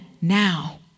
now